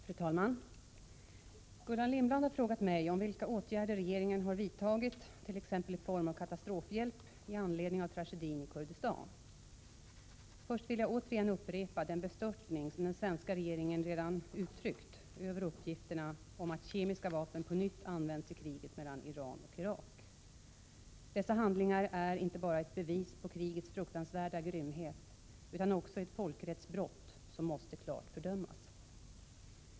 Fru talman! Gullan Lindblad har frågat mig om vilka åtgärder regeringen har vidtagit — t.ex. i form av katastrofhjälp — i anledning av tragedin i Kurdistan. Först vill jag återigen upprepa den bestörtning som den svenska regeringen redan uttryckt över uppgifterna om att kemiska vapen på nytt använts i kriget mellan Iran och Irak. Dessa handlingar är inte bara ett bevis på krigets fruktansvärda grymhet utan också ett folkrättsbrott som måste klart fördömas.